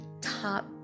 top